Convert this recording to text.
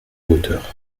hauteur